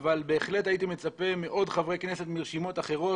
אבל בהחלט הייתי מצפה מעוד חברי כנסת מרשימות אחרות,